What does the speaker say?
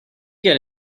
get